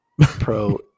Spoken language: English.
pro